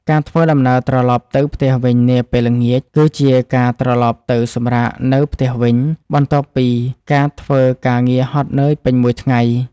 ការធ្វើដំណើរត្រឡប់ទៅផ្ទះវិញនាពេលល្ងាច គឺជាការត្រឡប់ទៅសម្រាកនៅផ្ទះវិញ បន្ទាប់ពីការធ្វើ ការងារហត់នឿយពេញមួយថ្ងៃ។